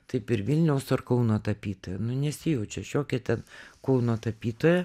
taip ir vilniaus ar kauno tapytoja nu nesijaučiu aš jokia ten kauno tapytoja